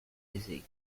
dizzy